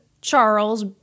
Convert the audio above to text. Charles